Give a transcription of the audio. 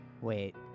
Wait